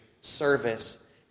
service